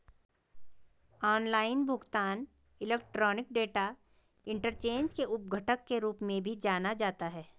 online भुगतान electronic data interchange के उप घटक के रूप में भी जाना जाता है